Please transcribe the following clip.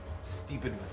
stupid